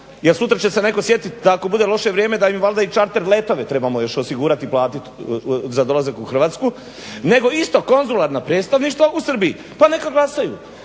jer sutra će se netko sjetiti da ako bude lošije vrijeme da im valjda i čarter letove trebamo još osigurati i platiti za dolazak u Hrvatsku nego isto konzularna predstavništva u Srbiji pa neka glasaju